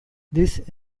this